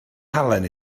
halen